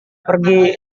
pergi